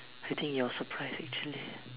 I think your surprise actually